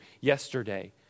yesterday